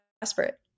desperate